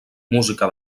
música